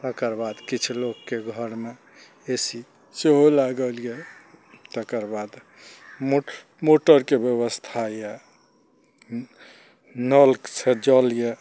तकर बाद किछु लोकके घरमे ए सी सेहो लागल यऽ तकर बाद मो मोटरके व्यवस्था यऽ नलसँ जल यऽ